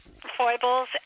foibles